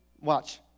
Watch